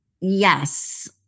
yes